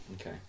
Okay